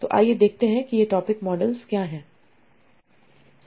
तो आइए देखते हैं कि ये टॉपिक मॉडल क्या हैं